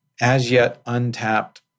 as-yet-untapped